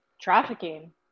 trafficking